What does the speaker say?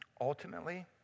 Ultimately